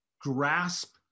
grasp